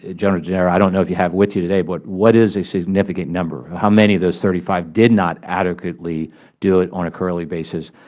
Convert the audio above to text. ah general dodaro, i don't know if you have with you today, but what is a significant number? how many of those thirty five did not adequately do it on a quarterly basis?